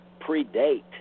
predate